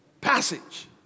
passage